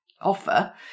offer